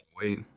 Wait